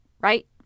right